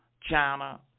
China